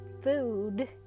food